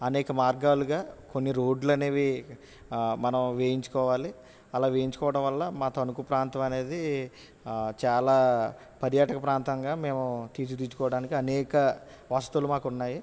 అనేక మార్గాలుగా కొన్ని రోడ్లు అనేవి మనం వేయించుకోవాలి అలా వేయించుకోవడం వల్ల మా తణుకు ప్రాంతం అనేది చాలా పర్యాటక ప్రాంతంగా మేము తీర్చిదిద్దుకోవడానికి అనేక వసతులు మాకు ఉన్నాయి